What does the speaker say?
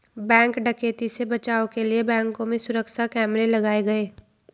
bank डकैती से बचाव के लिए बैंकों में सुरक्षा कैमरे लगाये गये